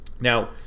Now